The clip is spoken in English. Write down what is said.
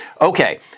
Okay